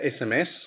SMS